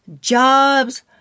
jobs